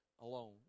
alone